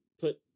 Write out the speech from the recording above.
put